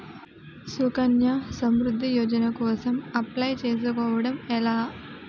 సుకన్య సమృద్ధి యోజన కోసం అప్లయ్ చేసుకోవడం ఎలా?